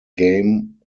game